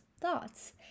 thoughts